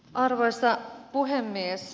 arvoisa puhemies